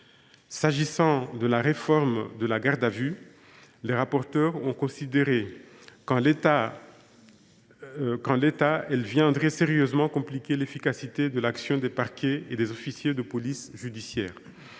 Quant à la réforme de la garde à vue, les rapporteurs ont considéré que, en l’état, elle viendrait sérieusement compliquer l’efficacité de l’action des parquets et des officiers de police judiciaire